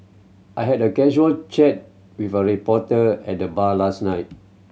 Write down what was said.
I had a casual chat with a reporter at the bar last night